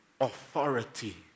authority